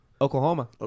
Oklahoma